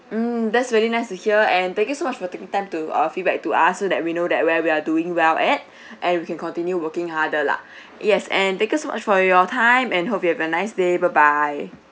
mm that's really nice to hear and thank you so much for taking time to uh feedback to us so that we know that where we are doing well at and we can continue working harder lah yes and thank you so much for your time and hope you have a nice day bye bye